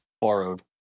borrowed